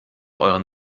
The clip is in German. euren